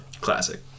classic